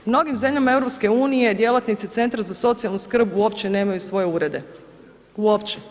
U mnogim zemljama EU djelatnici Centra za socijalnu skrb uopće nemaju svoje urede, uopće.